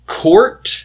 court